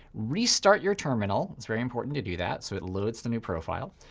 restart your terminal. it's very important to do that so it loads the new profile.